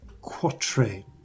quatrain